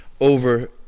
over